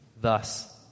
thus